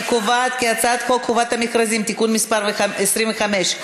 אני קובעת כי הצעת חוק חובת המכרזים (תיקון מס' 25),